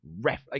ref